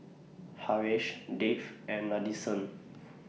Haresh Dev and Nadesan